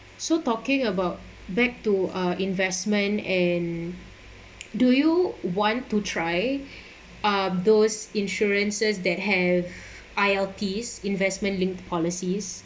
so talking about back to uh investment and do you want to try um those insurances that have I_L_P investment linked policies